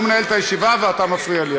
הוא מנהל את הישיבה, ואתה מפריע לי.